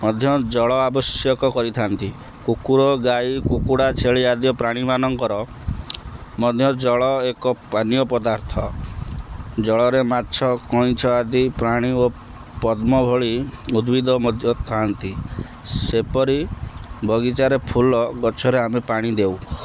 ମଧ୍ୟ ଜଳ ଆବଶ୍ୟକ କରିଥାନ୍ତି କୁକୁର ଗାଈ କୁକୁଡ଼ା ଛେଳି ଆଦି ପ୍ରାଣୀମାନଙ୍କର ମଧ୍ୟ ଜଳ ଏକ ପାନୀୟ ପଦାର୍ଥ ଜଳରେ ମାଛ କଇଁଚ ଆଦି ପ୍ରାଣୀ ଓ ପଦ୍ମ ଭଳି ଉଦ୍ଭିଦ ମଧ୍ୟ ଥାଆନ୍ତି ସେପରି ବଗିଚାରେ ଫୁଲ ଗଛରେ ଆମେ ପାଣି ଦେଉ